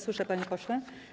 Słyszę, panie pośle.